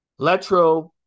Letro